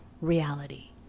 reality